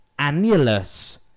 annulus